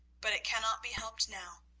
but it cannot be helped now.